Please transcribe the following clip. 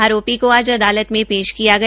आरोपी को आज अदालत में पेश किया गया